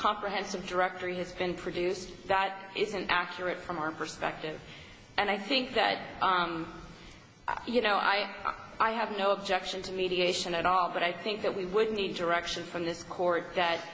comprehensive directory has been produced that isn't accurate from our perspective and i think that you know i i have no objection to mediation at all but i think that we would need to rexton from this court that